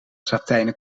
satijnen